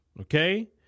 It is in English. Okay